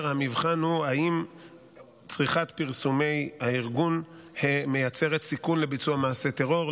המבחן הוא אם צריכת פרסומי הארגון מייצרת סיכון לביצוע מעשה טרור.